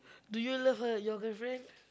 do you love her your girlfriend